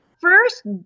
First